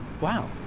wow